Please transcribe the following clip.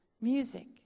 Music